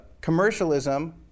commercialism